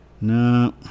No